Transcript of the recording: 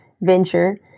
venture